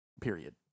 period